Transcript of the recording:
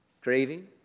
craving